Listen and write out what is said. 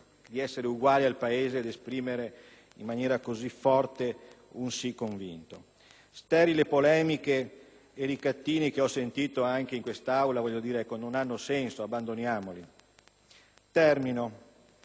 di essere uguale al Paese e di sapere esprimere in maniera forte un sì convinto. Sterili polemiche e ricattini che ho sentito anche in quest'Aula, ma che non hanno senso, abbandoniamoli. Termino: